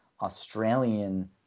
Australian